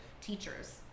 teachers